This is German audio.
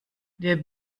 der